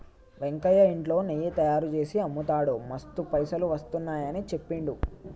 వెంకయ్య ఇంట్లో నెయ్యి తయారుచేసి అమ్ముతాడు మస్తు పైసలు వస్తున్నాయని చెప్పిండు